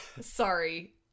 Sorry